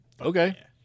Okay